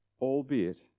albeit